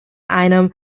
einem